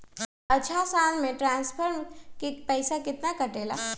अछा साल मे ट्रांसफर के पैसा केतना कटेला?